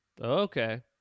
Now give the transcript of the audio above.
Okay